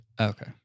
Okay